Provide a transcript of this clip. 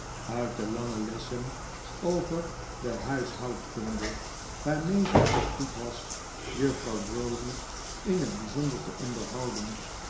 uit de lange lessen over de huishoudkunde waarmee zij zoo goed was juffrouw browdie in het bijzonder te onderhpuden